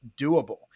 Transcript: doable